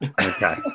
Okay